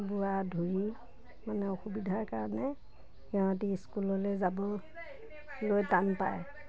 বোৱা ধুৰি মানে অসুবিধাৰ কাৰণে সিহঁতে স্কুললৈ যাবলৈ টান পায়